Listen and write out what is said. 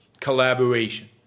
collaboration